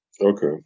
Okay